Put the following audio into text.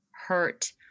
hurt